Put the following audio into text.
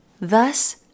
thus